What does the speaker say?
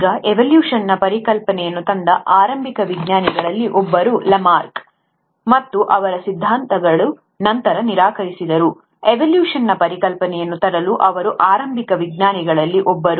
ಈಗ ಎವೊಲ್ಯೂಶನ್ನ ಪರಿಕಲ್ಪನೆಯನ್ನು ತಂದ ಆರಂಭಿಕ ವಿಜ್ಞಾನಿಗಳಲ್ಲಿ ಒಬ್ಬರು ಲಾಮಾರ್ಕ್ ಮತ್ತು ಅವರ ಸಿದ್ಧಾಂತಗಳನ್ನು ನಂತರ ನಿರಾಕರಿಸಿದರೂ ಎವೊಲ್ಯೂಶನ್ನ ಪರಿಕಲ್ಪನೆಯನ್ನು ತರಲು ಅವರು ಆರಂಭಿಕ ವಿಜ್ಞಾನಿಗಳಲ್ಲಿ ಒಬ್ಬರು